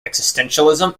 existentialism